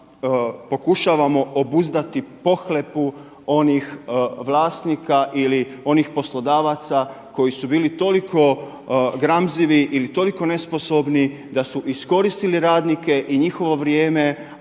pokušavamo obuzdati pohlepu onih vlasnika ili onih poslodavaca koji su bili toliko gramzivi ili toliko nesposobni da su iskoristili radnike i njihovo vrijeme,